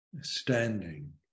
standing